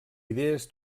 idees